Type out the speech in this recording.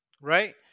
right